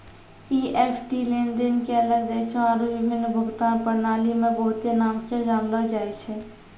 EFT लेनदेन के अलग देशो आरु विभिन्न भुगतान प्रणाली मे बहुते नाम से जानलो जाय छै